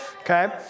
Okay